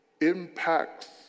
impacts